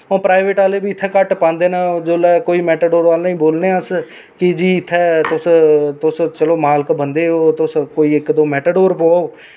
होर प्राइवेट आह्ले बी इत्थें घट्ट पांदे न जेल्लै कोई मैटाडोर आह्लें गी बोलने अस कि जी तुस चलो तुस मालक बंदे ओ तुस कोई इक्क दो मैटाडोर पाओ